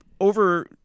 over